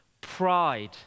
Pride